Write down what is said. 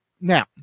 now